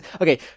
okay